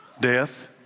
death